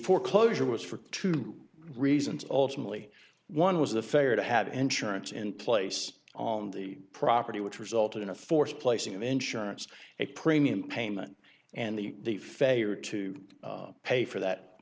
foreclosure was for two reasons ultimately one was the failure to had insurance in place on the property which resulted in a force placing an insurance a premium payment and the the failure to pay for that